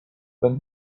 when